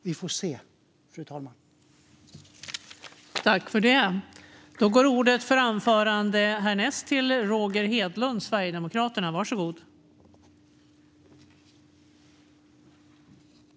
Vi får se, fru talman.